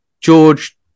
George